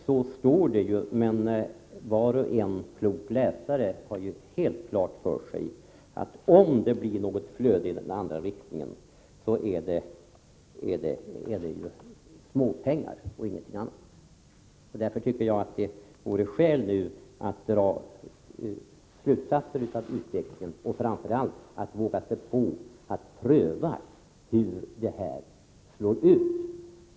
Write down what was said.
Så står det, men var och en klok läsare har helt klart för sig att om det blir något flöde i den andra riktningen, så är det småpengar och ingenting annat. Därför tycker jag att det vore skäl att dra slutsatser av utvecklingen och framför allt att våga sig på att pröva hur det hela slår ut.